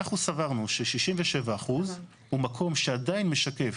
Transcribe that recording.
ואנחנו סברנו ש-67% הוא מקום שעדיין משקף,